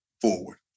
forward